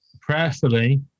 prayerfully